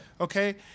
Okay